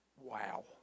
wow